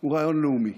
הוא רעיון לאומי.